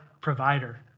provider